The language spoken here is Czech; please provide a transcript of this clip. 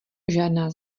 žádná